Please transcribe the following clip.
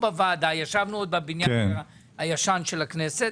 בוועדה ישבנו עוד בבניין הישן של הכנסת